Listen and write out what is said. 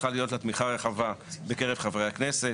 צריכה להיות לה תמיכה רחבה בקרב חברי הכנסת.